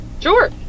Sure